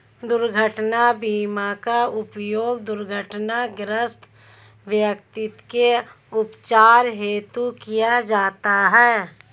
दुर्घटना बीमा का उपयोग दुर्घटनाग्रस्त व्यक्ति के उपचार हेतु किया जाता है